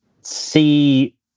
see